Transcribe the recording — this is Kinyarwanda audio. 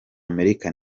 amerika